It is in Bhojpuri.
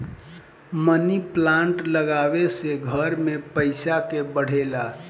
मनी पलांट लागवे से घर में पईसा के बढ़ेला